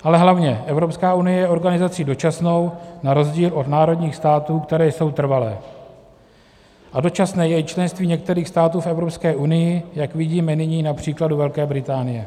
Ale hlavně, Evropská unie je organizací dočasnou na rozdíl od národních států, které jsou trvalé, a dočasné je i členství některých států v Evropské unii, jak vidíme nyní například u Velké Británie.